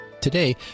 Today